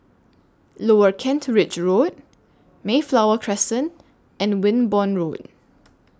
Lower Kent Ridge Road Mayflower Crescent and Wimborne Road